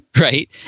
right